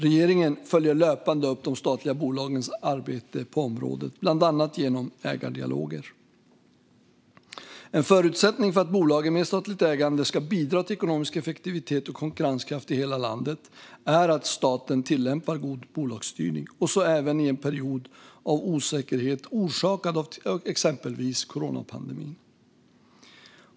Regeringen följer löpande upp de statliga bolagens arbete på området, bland annat genom ägardialoger. En förutsättning för att bolagen med statligt ägande ska bidra till ekonomisk effektivitet och konkurrenskraft i hela landet är att staten tillämpar god bolagsstyrning, så även i en period av osäkerhet orsakad av exempelvis coronapandemin.